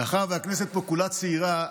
מאחר שהכנסת פה כולה צעירה,